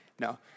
No